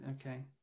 Okay